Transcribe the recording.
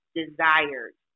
desired